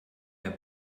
der